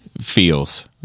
Feels